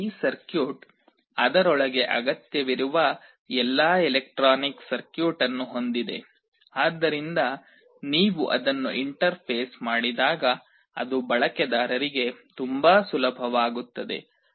ಈ ಸರ್ಕ್ಯೂಟ್ ಅದರೊಳಗೆ ಅಗತ್ಯವಿರುವ ಎಲ್ಲಾ ಎಲೆಕ್ಟ್ರಾನಿಕ್ ಸರ್ಕ್ಯೂಟ್ ಅನ್ನು ಹೊಂದಿದೆ ಆದ್ದರಿಂದ ನೀವು ಅದನ್ನು ಇಂಟರ್ಫೇಸ್ ಮಾಡಿದಾಗ ಅದು ಬಳಕೆದಾರರಿಗೆ ತುಂಬಾ ಸುಲಭವಾಗುತ್ತದೆ